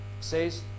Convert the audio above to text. Says